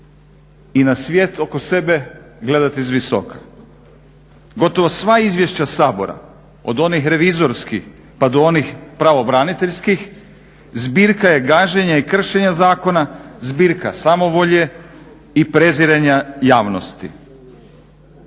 i na svijet oko sebe gledati s visoka. Gotovo sva izvješća Sabora od onih revizorskih pa do onih pravobraniteljskih zbirka je gaženja i kršenja zakona, zbirka samovolje i preziranje javnosti.